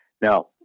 Now